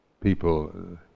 people